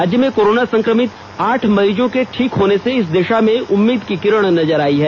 राज्य में कोरोना संक्रमित आठ मरीजों के ठीक होने से इस दिशा में उम्मीद की किरण नजर आई है